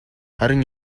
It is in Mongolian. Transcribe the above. харин